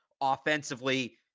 offensively